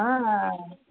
હા